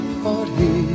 party